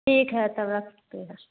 ठीक है तब रखते हैं